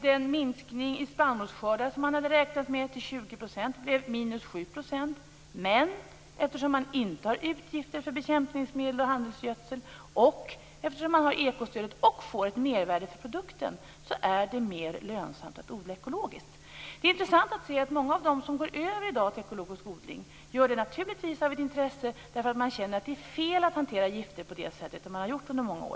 Den minskning i spannmålsskördar som man hade räknat med skulle bli 20 % blev i stället 7 %. Men eftersom man inte har utgifter för bekämpningsmedel och handelsgödsel, och eftersom man har ekostödet och får ett mervärde för produkten, är det mer lönsamt att odla ekologiskt. Det är intressant att se på många av dem som i dag går över till ekologisk odling.